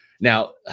Now